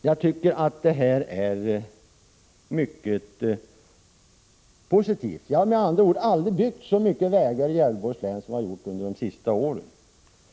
Jag tycker att det är mycket positivt. Vi har med andra ord aldrig byggt så många vägar i Gävleborgs län — Prot. 1985/86:103 som vi gjort under de senaste åren.